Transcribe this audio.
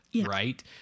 right